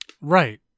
Right